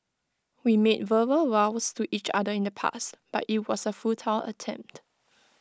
we made verbal vows to each other in the past but IT was A futile attempt